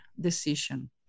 decision